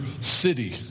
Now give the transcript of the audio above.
city